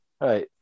Right